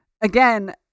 Again